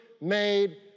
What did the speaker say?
made